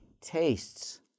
tastes